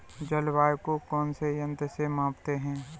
जलवायु को कौन से यंत्र से मापते हैं?